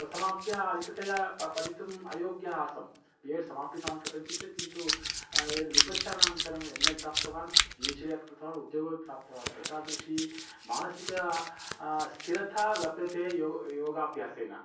समाप्य अधिकतया प पठितुम् अयोग्यः आसं बि येड् समापितवान् कथञ्चित् किन्तु यद् विपश्यनानन्तरं एम् येड् प्राप्तवान् पि हेच् डि अपि कृतवान् उद्योगम् प्राप्तवान् एतादृशी मानसिकी स्थिरता लभ्यते यो योगाभ्यासेन